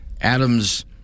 Adams